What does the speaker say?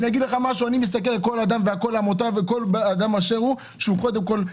אני מסתכל על כל אדם באשר הוא שהוא נקי קודם כל,